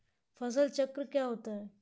फसल चक्र क्या होता है?